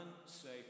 unsafe